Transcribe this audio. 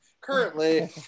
currently